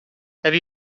have